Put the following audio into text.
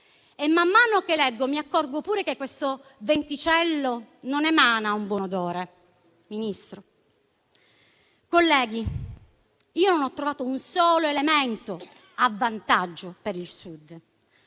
Man mano che leggo, mi accorgo pure che questo venticello non emana un buon odore, Ministro. Colleghi, non ho trovato un solo elemento a vantaggio del Sud,